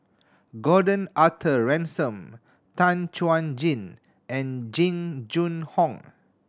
Gordon Arthur Ransome Tan Chuan Jin and Jing Jun Hong